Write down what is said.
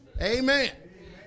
Amen